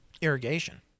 irrigation